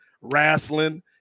wrestling